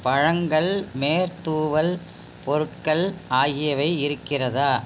பழங்கள் மேற்தூவல் பொருட்கள் ஆகியவை இருக்கிறதா